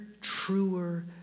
truer